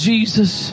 Jesus